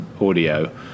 audio